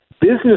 business